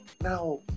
now